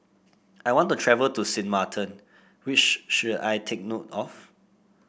I want to travel to Sint Maarten What should I take note of